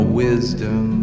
wisdom